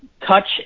Touch